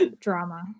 drama